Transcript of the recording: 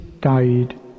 died